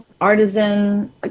artisan